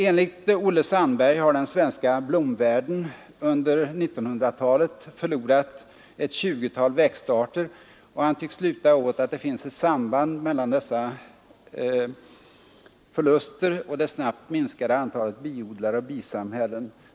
Enligt Olle Sandberg har den svenska blomvärlden under 1900-talet förlorat ett 20-tal växtarter, och allt tycks luta åt att det finns ett samband mellan dessa förluster och det snabbt minskade antalet biodlare och bisamhällen.